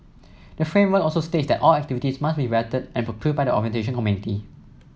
the framework also states that all activities must be vetted and approved by the orientation committee